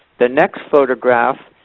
the next photograph